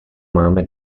máme